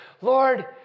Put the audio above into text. Lord